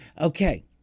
Okay